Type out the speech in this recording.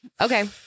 Okay